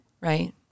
right